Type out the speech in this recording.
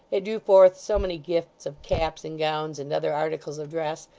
it drew forth so many gifts of caps and gowns and other articles of dress,